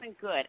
good